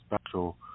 special